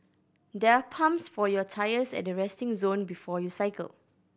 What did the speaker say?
there are pumps for your tyres at the resting zone before you cycle